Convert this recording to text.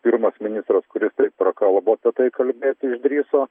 pirmas ministras kuris taip prakalbo apie tai kalbėti išdrįso